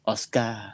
Oscar